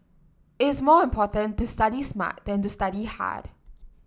it's more important to study smart than to study hard